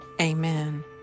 Amen